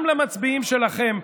גם למצביעים שלכם,